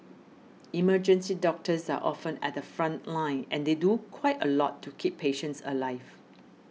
emergency doctors are often at the front line and they do quite a lot to keep patients alive